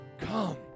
come